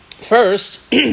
first